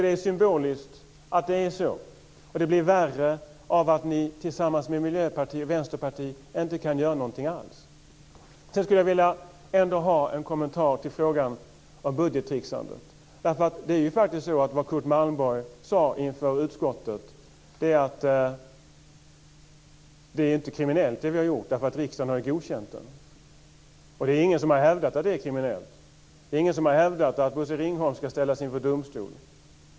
Det är symboliskt att det är så, och det blir värre av att ni tillsammans med Miljöpartiet och Vänsterpartiet inte kan göra någonting alls. Jag skulle ändå vilja ha en kommentar till frågan om budgettricksandet. Curt Malmborg sade inför utskottet att det som de hade gjort inte var kriminellt, eftersom riksdagen hade godkänt det. Det är ingen som har hävdat att det är kriminellt eller att Bosse Ringholm ska ställas inför domstol.